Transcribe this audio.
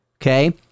Okay